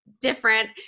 different